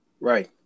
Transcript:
right